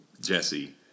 Jesse